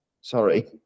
sorry